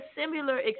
similar